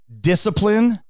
discipline